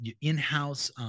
in-house